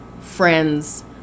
friends